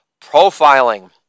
profiling